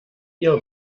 ihr